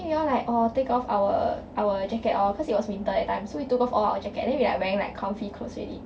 then we all like orh take off our our jacket lor cause it was winter that time so we took off all our jacket then we like wearing like comfy clothes already